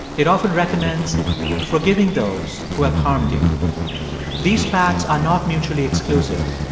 it often recommends forgiving those who have harmed you these paths are not mutually exclusive,